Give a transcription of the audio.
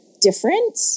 different